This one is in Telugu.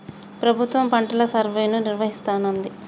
ప్రభుత్వం పంటల సర్వేను నిర్వహిస్తానంది